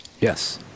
yes